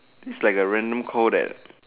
this like the random call that